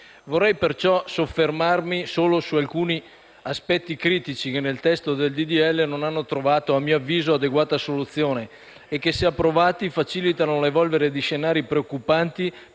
Vorrei perciò soffermarmi solo su alcuni aspetti critici, che nel testo del disegno di legge non hanno trovato a mio avviso adeguata soluzione e che, se approvati, facilitano l'evolvere di scenari preoccupanti